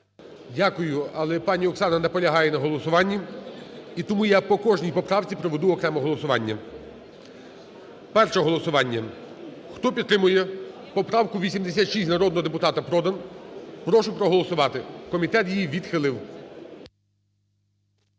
Дякую. Але пані Оксана наполягає на голосуванні. І тому я по кожній поправці проведу окремо голосування. Перше голосування. Хто підтримує поправку 86 народного депутата Продан, прошу проголосувати, комітет її відхилив.